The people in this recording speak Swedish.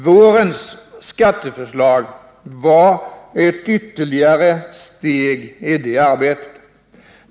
Vårens skatteförslag var ett ytterligare steg i det arbetet.